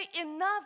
enough